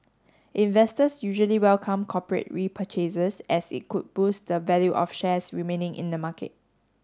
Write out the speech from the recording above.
investors usually welcome corporate repurchases as it could boost the value of shares remaining in the market